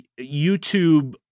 YouTube